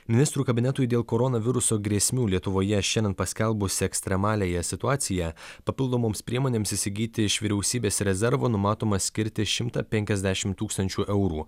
ministrų kabinetui dėl koronaviruso grėsmių lietuvoje šiandien paskelbus ekstremaliąją situaciją papildomoms priemonėms įsigyti iš vyriausybės rezervo numatoma skirti šimtą penkiasdešimt tūkstančių eurų